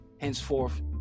Henceforth